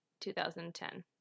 2010